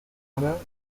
alain